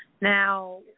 Now